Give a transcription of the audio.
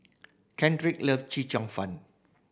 Cedrick love Chee Cheong Fun